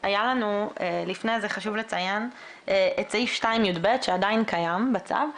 לפני זה חשוב לציין את סעיף 2(יב) שעדיין קיים בצו.